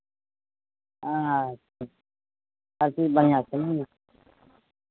अच्छा सभचीज बढ़िआँसँ ने यौ